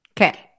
Okay